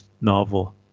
novel